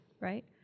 Right